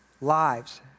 lives